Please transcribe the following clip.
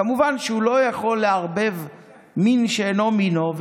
כמובן שהוא לא יכול לערבב מין בשאינו מינו,